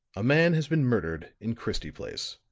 a man has been murdered in christie place.